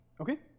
Okay